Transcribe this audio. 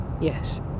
yes